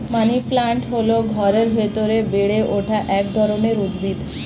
money plant হল ঘরের ভেতরে বেড়ে ওঠা এক ধরনের উদ্ভিদ